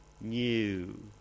new